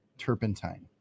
turpentine